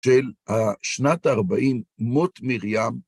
של השנת ה-40 מות מרים.